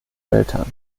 eltern